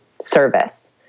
service